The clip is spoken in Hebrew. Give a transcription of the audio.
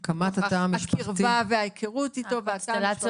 הקרבה וההיכרות איתו והתא המשפחתי וכולי.